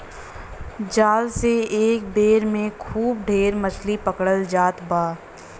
जाल से एक बेर में खूब ढेर मछरी पकड़ल जात बा